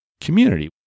community